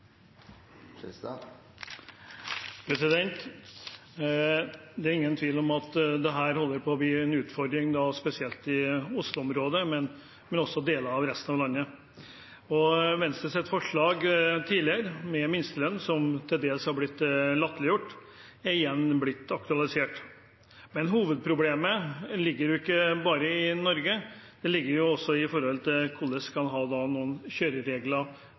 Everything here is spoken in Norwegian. ingen tvil om at dette holder på å bli en utfordring, spesielt i Oslo-området, men også i deler av resten av landet, og Venstres tidligere forslag om minstelønn, som til dels er blitt latterliggjort, er igjen blitt aktualisert. Men hovedproblemet ligger ikke bare i Norge. Det ligger også i hva slags kjøreregler man skal ha